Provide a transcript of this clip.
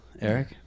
Eric